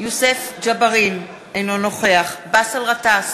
יוסף ג'בארין, אינו נוכח באסל גטאס,